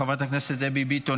חברת הכנסת דבי ביטון,